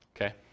okay